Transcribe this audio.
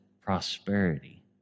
prosperity